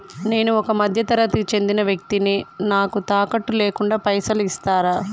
నేను ఒక మధ్య తరగతి కి చెందిన వ్యక్తిని నాకు తాకట్టు లేకుండా పైసలు ఇస్తరా?